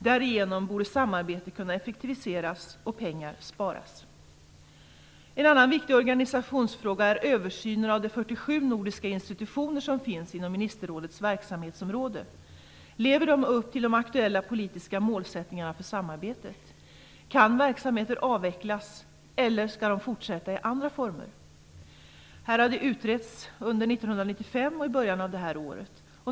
Därigenom borde samarbetet kunna effektiviseras och pengar sparas. En annan viktig organisationsfråga är översynen av de 47 nordiska institutioner som finns inom ministerrådets verksamhetsområde. Lever de upp till de aktuella politiska målsättningarna för samarbetet? Kan verksamheter avvecklas eller skall de fortsätta i andra former? Detta har utretts under 1995 och under början av det här året.